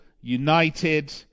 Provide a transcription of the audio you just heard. United